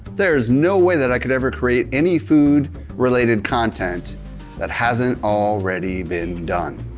there's no way that i could ever create any food related content that hasn't already been done.